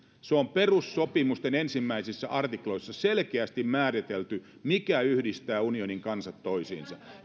perussopimusten ensimmäisissä artikloissa on selkeästi määritelty mikä yhdistää unionin kansat toisiinsa